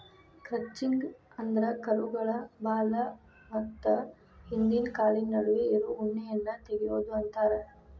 crutching ಅಂದ್ರ ಕುರುಗಳ ಬಾಲ ಮತ್ತ ಹಿಂದಿನ ಕಾಲಿನ ನಡುವೆ ಇರೋ ಉಣ್ಣೆಯನ್ನ ತಗಿಯೋದು ಅಂತಾರ